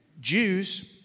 Jews